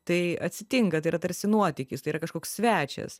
tai atsitinka tai yra tarsi nuotykis tai yra kažkoks svečias